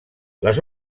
les